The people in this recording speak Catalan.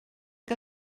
que